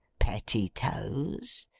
pettitoes?